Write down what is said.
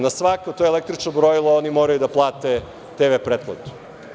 Na svako to električno brojilo oni moraju da plate TV pretplatu.